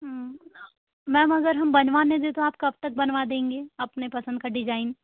ma'am अगर हम बनवाने दें तो आप कब तक बनवा देंगी अपने पसंद का डिज़ाइन